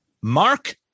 Mark